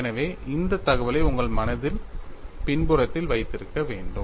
எனவே இந்த தகவலை உங்கள் மனதின் பின்புறத்தில் வைத்திருக்க வேண்டும்